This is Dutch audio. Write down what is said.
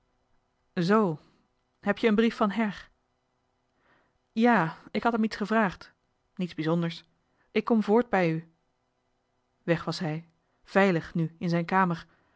zoo heb jij een brief van her ja ik had hem iets gevraagd niets bijzonders ik kom vrt bij u weg was hij veilig nu in zijn kamer